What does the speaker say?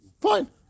Fine